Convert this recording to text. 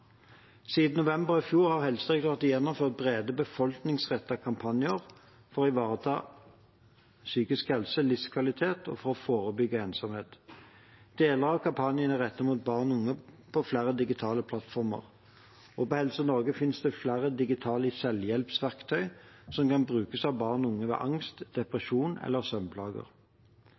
Siden november i fjor har Helsedirektoratet gjennomført brede befolkningsrettede kampanjer for å ivareta psykisk helse og livskvalitet og for å forebygge ensomhet. Deler av kampanjene er rettet mot barn og unge på flere digitale plattformer, og på helsenorge.no fins det flere digitale selvhjelpsverktøy som kan brukes av barn og unge ved angst, depresjon eller